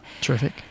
Terrific